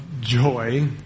joy